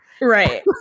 Right